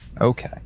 Okay